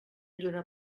lluna